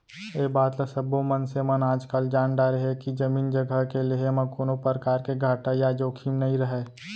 ए बात ल सब्बो मनसे मन आजकाल जान डारे हें के जमीन जघा के लेहे म कोनों परकार घाटा या जोखिम नइ रहय